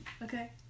Okay